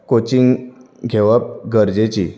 coaching घेवप गरजेचीं